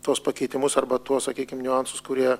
tuos pakeitimus arba tuos sakykim niuansus kurie